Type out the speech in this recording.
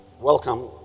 Welcome